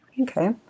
Okay